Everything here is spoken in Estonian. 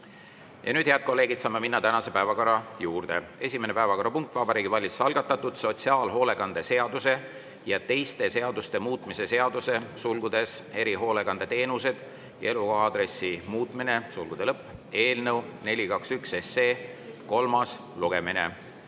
Ja nüüd, head kolleegid, saame minna tänase päevakorra juurde. Esimene päevakorrapunkt on Vabariigi Valitsuse algatatud sotsiaalhoolekande seaduse ja teiste seaduste muutmise seaduse (erihoolekandeteenused ja elukoha aadressi muutmine) eelnõu 421 kolmas lugemine.